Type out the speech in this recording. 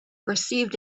perceived